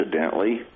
accidentally